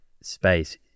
space